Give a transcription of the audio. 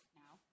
now